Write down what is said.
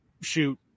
shoot